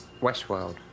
Westworld